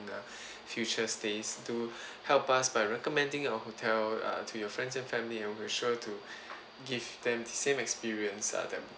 in the future stays do help us by recommending our hotel uh to your friends and family and we will sure to give them the same experience uh that